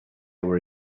were